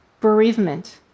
Bereavement